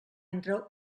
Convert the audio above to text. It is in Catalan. entre